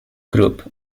group